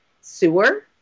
sewer